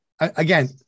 again